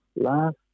last